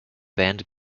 band